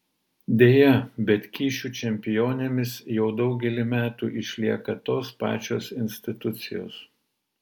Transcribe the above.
deja bet kyšių čempionėmis jau daugelį metų išlieka tos pačios institucijos